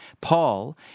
Paul